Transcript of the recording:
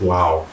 Wow